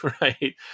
right